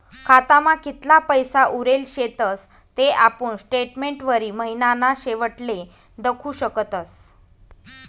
खातामा कितला पैसा उरेल शेतस ते आपुन स्टेटमेंटवरी महिनाना शेवटले दखु शकतस